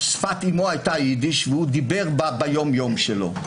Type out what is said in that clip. שפת אימו הייתה יידיש והוא דיבר בה ביום-יום שלו.